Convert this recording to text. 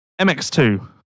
MX2